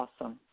Awesome